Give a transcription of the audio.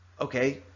Okay